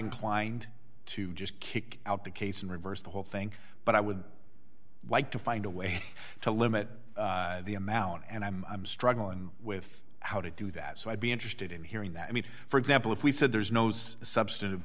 inclined to just kick out the case and reverse the whole thing but i would like to find a way to limit the amount and i'm i'm struggling with how to do that so i'd be interested in hearing that i mean for example if we said there's knows a substantive